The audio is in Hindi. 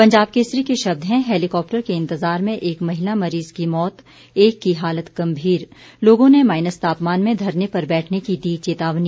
पंजाब केसरी के शब्द हैं हैलीकॉप्टर के इंतजार में एक महिला मरीज की मौत एक की हालत गंभीर लोगों ने माइनस तापमान में धरने पर बैठने की दी चेतावनी